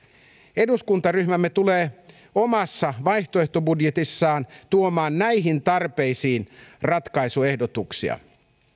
eduskuntaryhmämme tulee omassa vaihtoehtobudjetissaan tuomaan näihin tarpeisiin ratkaisuehdotuksia